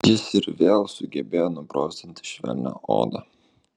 jis ir vėl sugebėjo nubrozdint švelnią odą